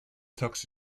tux